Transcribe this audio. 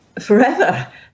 forever